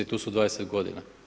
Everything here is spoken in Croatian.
Tu su 20 godina.